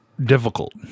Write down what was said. difficult